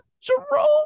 Jerome